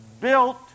built